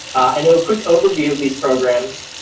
and a quick overview of these programs.